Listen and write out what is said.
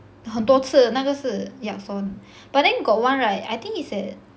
很多次那个是 Yakson but then got one right I think it's at